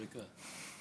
לברכה.